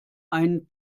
ein